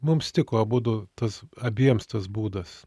mums tiko abudu tas abiems tas būdas